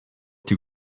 too